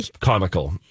comical